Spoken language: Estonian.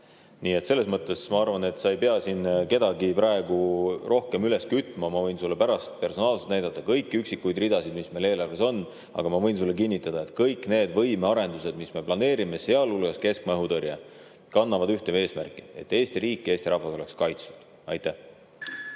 kaitsel. Ma arvan, et sa ei pea siin kedagi praegu rohkem üles kütma. Ma võin sulle pärast personaalselt näidata kõiki üksikuid ridasid, mis eelarves on. Aga ma võin sulle kinnitada, et kõik võimearendused, mida me planeerime, sealhulgas keskmaa õhutõrje, kannavad ühte eesmärki: et Eesti riik ja Eesti rahvas oleksid kaitstud. Nüüd